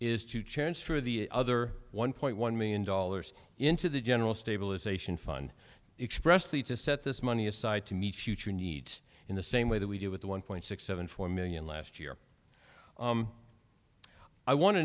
is to chance through the other one point one million dollars into the general stabilization fund expressly to set this money aside to meet future needs in the same way that we do with the one point six seven four million last year i want to